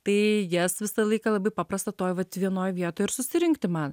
tai jas visą laiką labai paprasta toj vat vienoj vietoj ir susirinkti man